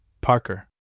Parker